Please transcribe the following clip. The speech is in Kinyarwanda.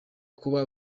kuba